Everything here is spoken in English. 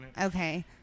okay